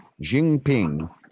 Jinping